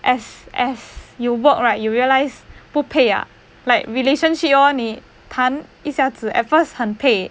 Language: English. as as you work right you realise 不配 ah like relationship lor 你谈一下子 at first 很配